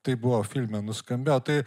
tai buvo filme nuskambėjo tai